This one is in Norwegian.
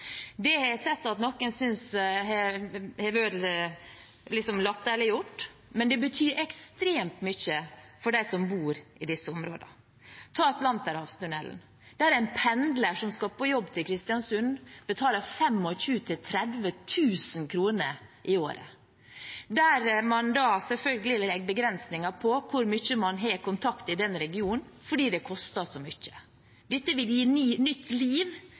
Det har jeg sett at noen har liksom latterliggjort, men det betyr ekstremt mye for dem som bor i disse områdene. Ta Atlanterhavstunnelen, der en pendler som skal på jobb i Kristiansund, betaler 25 000–30 000 kr i året. Det legger selvfølgelig begrensninger på hvor mye kontakt man har i den regionen at det koster så mye. Dette vil gi nytt liv